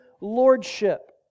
lordship